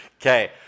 okay